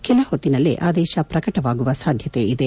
ಕೆಲ ಹೊತ್ತಿನಲ್ಲೇ ಆದೇಶ ಪ್ರಕಟವಾಗುವ ಸಾಧ್ಯತೆ ಇದೆ